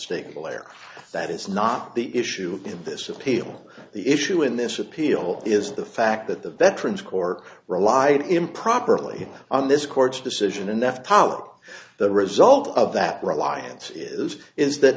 unmistakable air that is not the issue of this appeal the issue in this appeal is the fact that the veterans cork relied improperly on this court's decision and that power the result of that reliance is is that